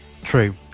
True